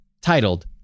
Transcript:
titled